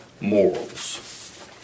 morals